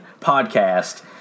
podcast